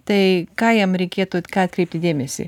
tai ką jam reikėtų ką atkreipti dėmesį